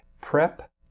prep